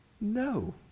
no